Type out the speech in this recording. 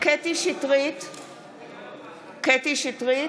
קטי קטרין שטרית,